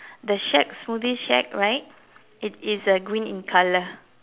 the shack smoothie shack right it is uh green in color